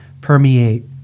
permeate